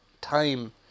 time